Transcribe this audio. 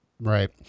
Right